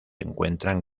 encuentran